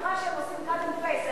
אני בטוחה שהם עושים cut and paste.